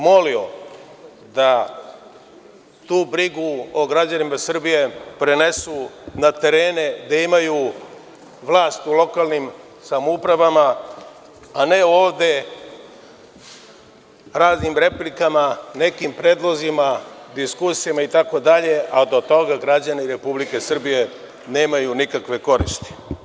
Molio bih da tu brigu o građanima Srbije prenesu na teren, gde imaju vlast u lokalnim samoupravama, a ne ovde raznim replikama, nekim predlozima, diskusijama, itd, a da od toga građani Republike Srbije nemaju nikakve koristi.